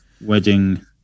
wedding